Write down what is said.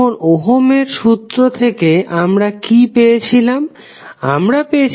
এখন ওহমের সূত্র থেকে আমরা কি পেয়েছিলাম আমরা পেয়েছিলাম viR